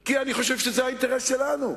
כי אני חושב שזה האינטרס שלנו.